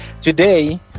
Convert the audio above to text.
Today